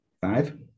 Five